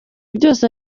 byose